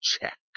check